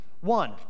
one